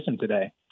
today